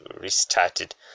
restarted